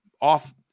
off